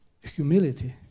Humility